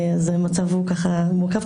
אז המצב מורכב,